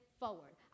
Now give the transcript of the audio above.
forward